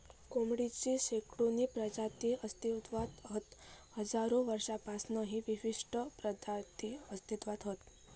कोंबडेची शेकडोनी प्रजाती अस्तित्त्वात हत हजारो वर्षांपासना ही विशिष्ट प्रजाती अस्तित्त्वात हत